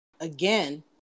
again